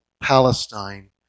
Palestine